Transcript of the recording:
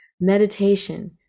meditation